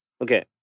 okay